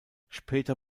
später